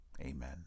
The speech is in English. Amen